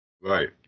Right